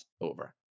over